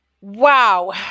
Wow